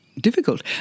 difficult